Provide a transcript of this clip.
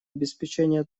обеспечения